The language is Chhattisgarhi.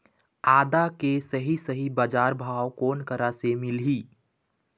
आदा के सही सही बजार भाव कोन करा से मिलही?